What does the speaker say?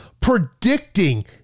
predicting